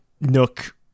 Nook